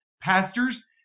pastors